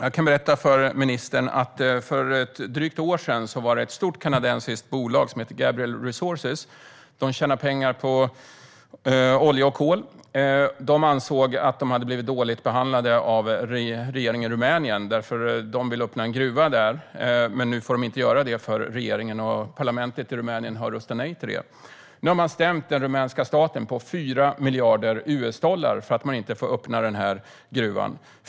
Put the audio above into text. Jag kan berätta för ministern att för ett drygt år sedan ansåg ett stort kanadensiskt bolag som heter Gabriel Resources - de tjänar pengar på olja och kol - att de hade blivit dåligt behandlade av regeringen i Rumänien. De vill öppna en gruva där men får inte göra det eftersom regeringen och parlamentet i Rumänien har röstat nej till det. Nu har bolaget stämt den rumänska staten på 4 miljarder US-dollar för att de inte får öppna gruvan.